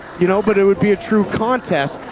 you know but it would be a true contest.